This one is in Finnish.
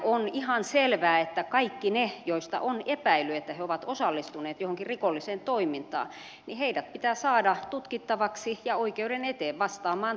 on ihan selvää että kaikki ne joista on epäily että he ovat osallistuneet johonkin rikolliseen toimintaan pitää saada tutkittavaksi ja oi keuden eteen vastaamaan teoistaan